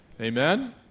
Amen